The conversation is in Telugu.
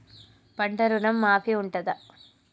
పంట ఋణం మాఫీ ఉంటదా?